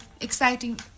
exciting